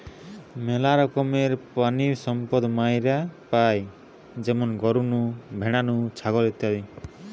মেলা রকমের প্রাণিসম্পদ মাইরা পাই যেমন গরু নু, ভ্যাড়া নু, ছাগল ইত্যাদি